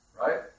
Right